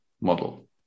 model